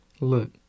Look